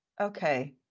Okay